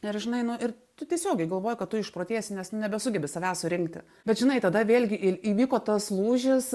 ir aš žinai nu ir tu tiesiogiai galvoji kad tu išprotėsi nes nebesugebi savęs surinkti bet žinai tada vėlgi ir įvyko tas lūžis